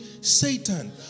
Satan